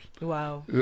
Wow